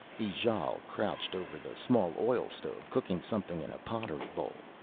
ijale crouched over the small oil stove cooking something in a pottery bowl.